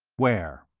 where?